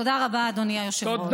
תודה רבה, אדוני היושב-ראש.